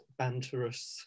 banterous